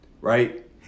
right